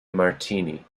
martini